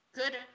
good